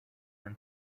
when